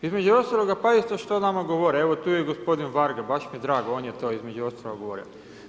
Između ostaloga pazite što nama govore, evo tu je gospodin Varga, baš mi je drago on je to između ostalog govorio.